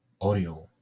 audio